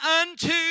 unto